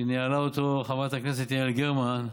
שניהלה אותו חברת הכנסת יעל גרמן,